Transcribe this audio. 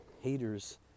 haters